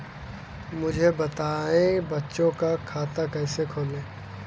मुझे बताएँ बच्चों का खाता कैसे खोलें?